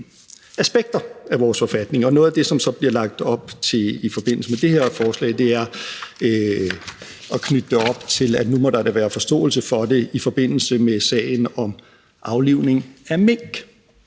aspekter af vores forfatning – og noget af det, der så bliver lagt op til i forbindelse med det her forslag, er at knytte det op til, at der da nu må være forståelse for det i forbindelse med sagen om aflivning af mink,